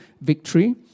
victory